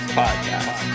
podcast